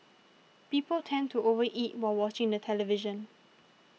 people tend to over eat while watching the television